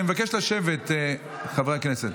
אני מבקש לשבת, חברי הכנסת.